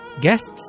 Guests